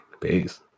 Peace